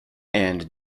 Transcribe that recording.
and